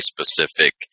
specific